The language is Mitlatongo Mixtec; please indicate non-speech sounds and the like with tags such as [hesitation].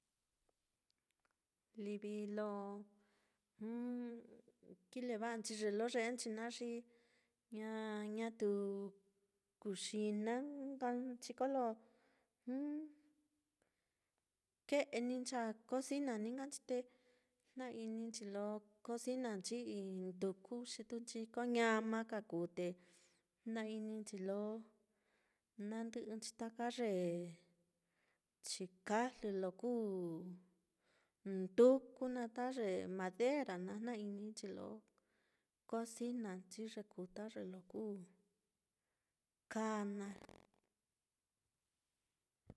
Livi lo [hesitation] kileva'anchi ye lo yeenchi naá, xi ña- ñatu kuxina nka nchi kolo [hesitation] ke'e ní ncha'a cocina ní nka nchi, te jna-ininchi lo cocinanchi i'i nduku, xi tūūnchi ko ñama ka kuu, te jna-ininchi lo nandɨ'ɨnchi taka ye chikajli lo kuu nduku naá, ta ye madera naá jna-ininchi lo cocinanchi, ye kuu ta ye lo kuu kaa naá.